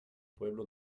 pueblo